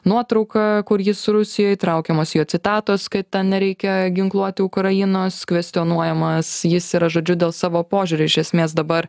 nuotrauka kur jis rusijoj traukiamos jo citatos kad nereikia ginkluoti ukrainos kvestionuojamas jis yra žodžiu dėl savo požiūrio iš esmės dabar